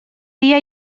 dia